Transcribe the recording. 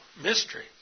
mystery